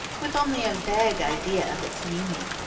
with only a vague idea of its meaning.